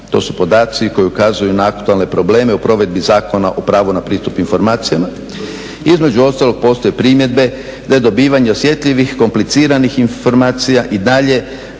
To su podaci koji ukazuju na aktualne probleme u provedbi Zakona o pravu na pristup informacijama. Između ostalog postoje primjedbe da je dobivanje osjetljivih, kompliciranih informacija i dalje